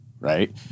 right